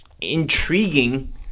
Intriguing